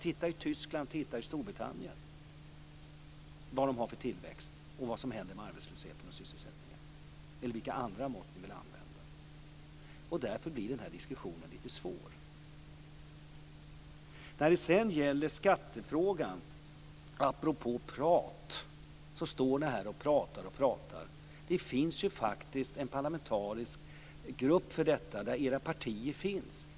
Titta på vad Tyskland och Storbritannien har för tillväxt och på vad som där händer med arbetslösheten och sysselsättningen eller vilka andra mått ni vill använda. Då blir den här diskussionen lite svår. När det gäller skattefrågan, apropå prat, står ni här och pratar och pratar. Det finns ju faktiskt en parlamentarisk grupp i vilken era partier ingår.